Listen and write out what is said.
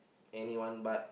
anyone but